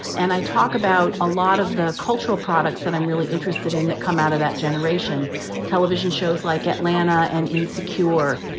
and i talk about a lot of the cultural products that i'm really interested in that come out of that generation television shows like atlanta and insecure.